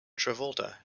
travolta